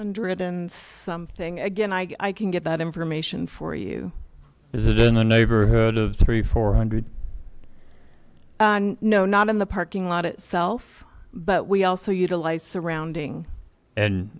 hundred and something again i can get that information for you is it in the neighborhood of three four hundred no not in the parking lot of self but we also utilize surrounding and